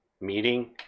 meeting